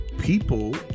people